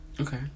okay